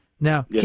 now